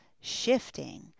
shifting